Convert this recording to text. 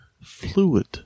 fluid